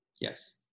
Yes